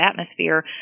atmosphere